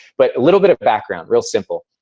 but, a little bit of background. real simple,